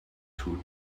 two